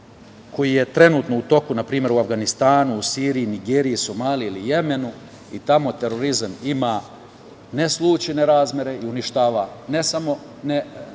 koji je trenutno u toku, na primer, u Avganistanu, u Siriju, u Nigeriji, u Somaliji ili u Jemenu i tamo terorizam ima neslućene razmere i uništava i ne